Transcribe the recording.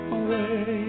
away